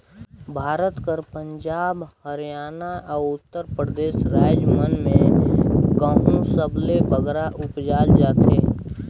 भारत कर पंजाब, हरयाना, अउ उत्तर परदेस राएज मन में गहूँ सबले बगरा उपजाल जाथे